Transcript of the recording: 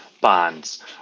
bonds